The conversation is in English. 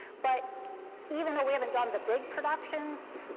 but even though we haven't done the big productions,